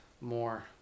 more